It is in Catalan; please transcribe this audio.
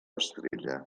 estrella